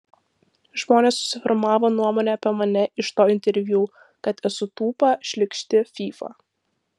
žmonės susiformavo nuomonę apie mane iš to interviu kad esu tūpa šlykšti fyfa